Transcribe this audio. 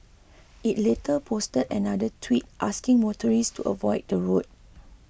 it later posted another Tweet asking motorists to avoid the road